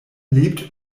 lebt